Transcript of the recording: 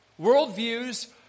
Worldviews